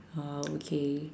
oh okay